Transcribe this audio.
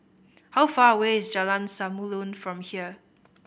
how far away is Jalan Samulun from here